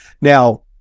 now